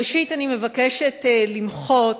ראשית אני מבקשת למחות